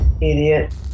idiot